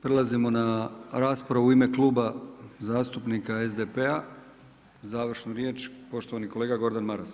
Prelazimo na raspravu u ime Kluba zastupnika SDP-a, završnu riječ poštovani kolega Gordan Maras.